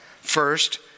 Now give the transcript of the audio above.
first